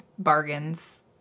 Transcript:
bargains